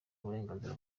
uburenganzira